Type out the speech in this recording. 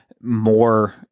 more